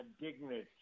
dignity